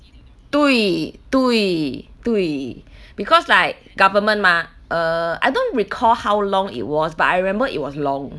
对对对 because like government mah err I don't recall how long it was but I remember it was long